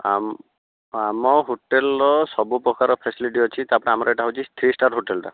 ଆମ ଆମ ହୋଟେଲର ସବୁପ୍ରକାର ଫ୍ୟାସିଲିଟି ଅଛି ତାପରେ ଆମର ଏହିଟା ହେଉଛି ଥ୍ରୀ ଷ୍ଟାର୍ ହୋଟେଲଟା